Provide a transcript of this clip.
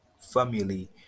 family